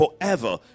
forever